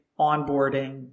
onboarding